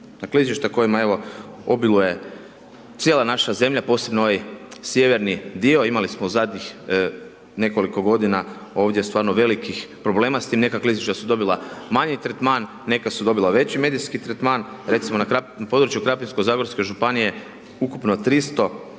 na klizišta na kojima evo, obiluje cijela naša zemlja, posebno ovaj sjeverni dio, imali smo u zadnjih nekoliko godina ovdje stvarno velikih problema s tim, neka klizišta su dobila manji tretman, neka su dobila veći medijski tretman. Recimo, na području Krapinsko-zagorske županije ukupno 300 klizišta,